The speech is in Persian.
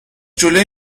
جلوی